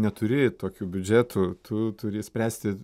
neturi tokių biudžetų tu turi spręsti